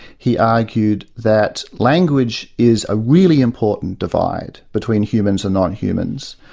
he argued that language is a really important divide between humans and non-humans,